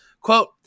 Quote